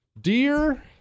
Dear